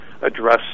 address